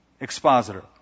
expositor